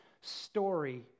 story